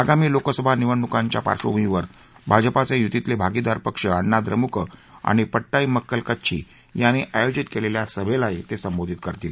आगामी लोकसभा निवडणुकांच्या पार्डभूमीवर भाजपाचे युतीतले भागिदार पक्ष अण्णा द्रमुक आणि पट्टाई मक्कल कच्छी यांनी आयोजित केलेल्या सभेलाही ते संबोधित करतील